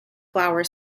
flower